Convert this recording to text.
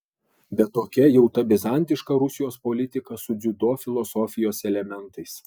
bet tokia jau ta bizantiška rusijos politika su dziudo filosofijos elementais